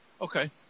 Okay